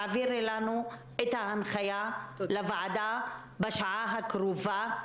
תעבירי את ההנחיה למייל של הוועדה בשעה הקרובה,